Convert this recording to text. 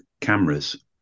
cameras